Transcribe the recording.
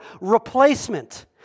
replacement